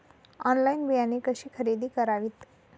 Online बियाणे कशी खरेदी करावीत?